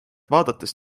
vaadates